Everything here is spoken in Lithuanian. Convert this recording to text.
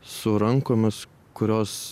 su rankomis kurios